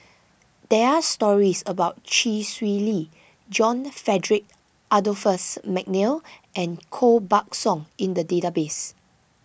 there are stories about Chee Swee Lee John Frederick Adolphus McNair and Koh Buck Song in the database